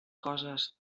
coses